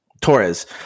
Torres